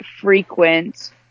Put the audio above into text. frequent